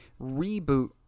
reboot